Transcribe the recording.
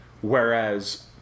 whereas